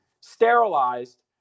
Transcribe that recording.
sterilized